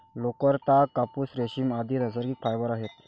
लोकर, ताग, कापूस, रेशीम, आदि नैसर्गिक फायबर आहेत